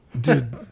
dude